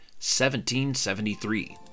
1773